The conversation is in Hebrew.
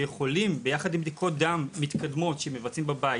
ויכולים ביחד עם בדיקות דם מתקדמות שמבצעים בבית,